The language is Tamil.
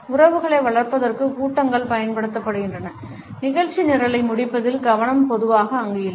உறவுகளை வளர்ப்பதற்கு கூட்டங்கள் பயன்படுத்தப்படுகின்றன நிகழ்ச்சி நிரலை முடிப்பதில் கவனம் பொதுவாக அங்கு இல்லை